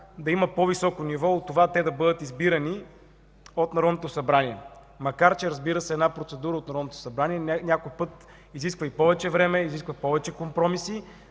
да има по-високо ниво от това те да бъдат избирани от Народното събрание. Макар че една процедура от Народното събрание някой път изисква и повече време, изисква и повече компромиси.